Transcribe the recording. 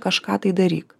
kažką tai daryk